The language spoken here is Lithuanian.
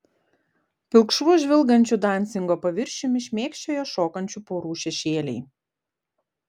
pilkšvu žvilgančiu dansingo paviršiumi šmėkščioja šokančių porų šešėliai